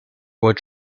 were